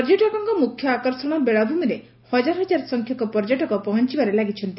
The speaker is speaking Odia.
ପର୍ଯ୍ୟଟକଙ୍କ ମୁଖ୍ୟ ଆକର୍ଷଣ ବେଳାଭୂମିରେ ହକାର ହକାର ସଂଖ୍ୟକ ଲୋକ ପହଞ୍ ବାରେ ଲାଗିଛନ୍ତି